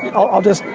i'll just,